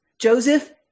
Joseph